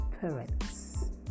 parents